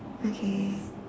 okay